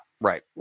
Right